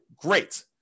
great